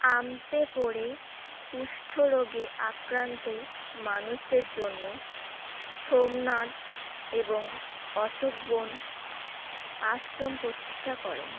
আমতে পরে কুষ্ঠরোগে আক্রান্ত মানুষদের জন্য সোমনাথ এবং অশোকবন আশ্রম প্রতিষ্ঠা করেন